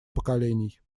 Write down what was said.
поколений